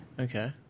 Okay